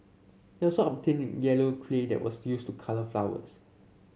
he also obtained yellow clay that was used to colour flowers